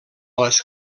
les